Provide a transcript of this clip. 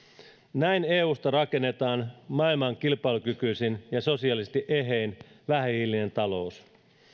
näin eusta rakennetaan maailman kilpailukykyisin ja sosiaalisesti ehein vähähiilinen talous